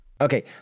Okay